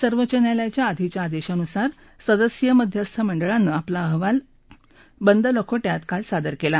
सर्वोच्च न्यायालयाच्या आधीच्या आदेशानुसार सदस्यीय मध्यस्थ मंडळानं आपला अहवाल बंद लखोटयात काल सादर केला